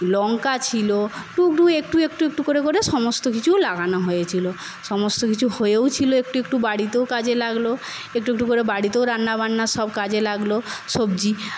লঙ্কা ছিল টুকরো একটু একটু করে করে সমস্ত কিছু লাগানো হয়েছিল সমস্ত কিছু হয়েও ছিল একটু একটু বাড়িতেও কাজে লাগলো একটু একটু করে বাড়িতেও রান্না বান্না সব কাজে লাগলো সবজি